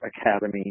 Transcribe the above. academy